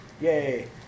Yay